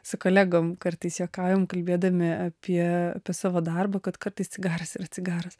su kolegom kartais juokaujam kalbėdami apie savo darbą kad kartais cigaras ir cigaras